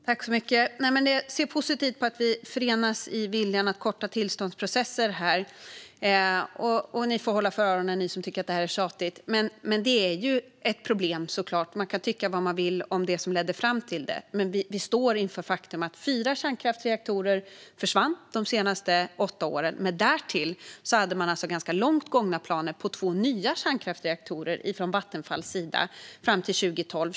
Herr talman! Jag ser positivt på att vi förenas i viljan att förkorta tillståndsprocesserna. Om man tycker att det blir tjatigt får man hålla för öronen nu, men det finns ett problem. Man kan tycka vad man vill om det som ledde fram till det, men vi står inför det faktum att fyra kärnkraftsreaktorer har försvunnit de senaste åtta åren. Men därtill hade man ganska långt gångna planer på två nya kärnkraftsreaktorer från Vattenfalls sida fram till 2012.